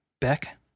Beck